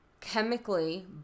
chemically